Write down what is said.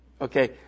okay